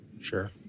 Sure